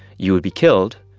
you would be killed,